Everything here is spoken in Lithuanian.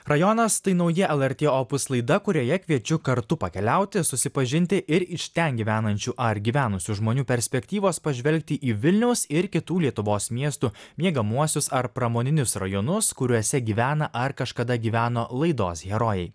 rajonas tai nauja lrt opus laida kurioje kviečiu kartu pakeliauti susipažinti ir iš ten gyvenančių ar gyvenusių žmonių perspektyvos pažvelgti į vilniaus ir kitų lietuvos miestų miegamuosius ar pramoninius rajonus kuriuose gyvena ar kažkada gyveno laidos herojai